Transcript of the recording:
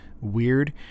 weird